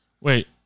Wait